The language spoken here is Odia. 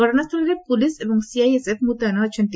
ଘଟଶା ସ୍ଥଳରେ ପୁଲିସ ଏବଂ ସିଆଇଏସ୍ଏଫ୍ ମୁତୟନ ଅଛନ୍ତି